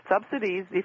subsidies